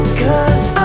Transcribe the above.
cause